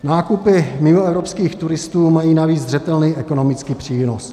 Nákupy mimoevropských turistů mají navíc zřetelný ekonomický přínos.